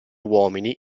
uomini